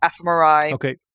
fMRI